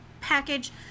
package